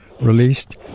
released